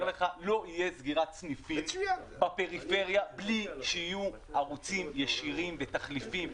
לך: לא תהיה סגירת סניפים בפריפריה בלי שיהיו ערוצים ישירים ותחליפים.